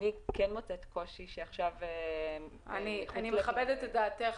אני כן מוצאת קושי לדון בזה --- אני מכבדת את דעתך,